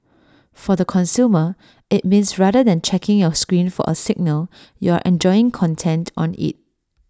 for the consumer IT means rather than checking your screen for A signal you're enjoying content on IT